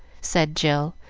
said jill,